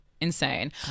Insane